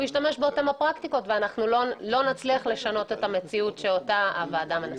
היא תשתמש באותן הפרקטיקות ולא נצליח להביא את השינוי שהוועדה רוצה.